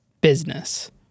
business